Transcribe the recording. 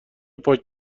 پاک